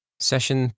Session